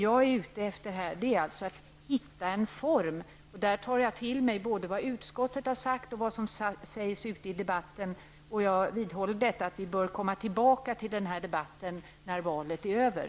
Jag är ute efter att hitta en form och därför tar jag till mig både vad utskottet har sagt och vad som sägs ute i debatten. Jag vidhåller att vi bör återkomma till denna diskussion när valet är över.